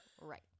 Right